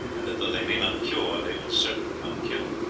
and that though they may not cure they will certainly not kill.